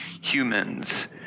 humans